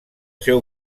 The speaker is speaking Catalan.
seu